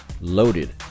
loaded